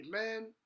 amen